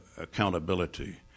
accountability